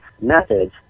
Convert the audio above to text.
methods